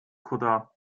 kutter